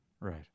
Right